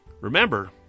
remember